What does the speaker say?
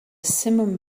simum